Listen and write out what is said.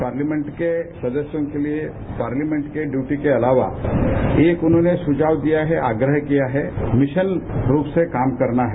parliament के सदस्यों के लिए पार्लियामेंट की ड्यूटी के अलावा एक उन्होंने सुझाव दिया है आग्रह किया है मिशन रूप से काम करना है